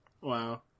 Wow